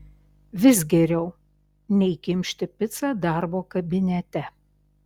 vis geriau nei kimšti picą darbo kabinete